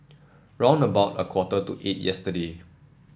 round about a quarter to eight yesterday